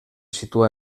situa